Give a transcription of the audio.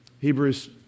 Hebrews